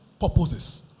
purposes